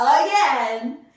Again